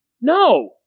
No